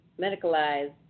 medicalized